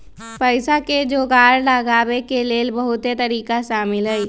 पइसा के जोगार लगाबे के लेल बहुते तरिका शामिल हइ